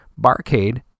barcade